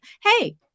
hey